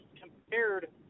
compared